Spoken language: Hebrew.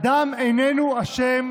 אדם איננו אשם